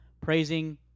praising